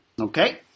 Okay